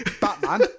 Batman